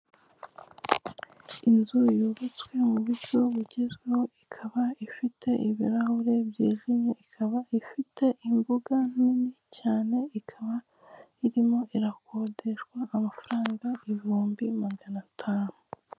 Inzu yubatswe mu buryo bugezweho ikaba ifite ibirahure byijimye, ikaba ifite imbuga nini cyane ikaba irimo irakodeshwa amafaranga ibihumbi magana atanu.